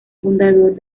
fundador